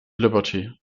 liberty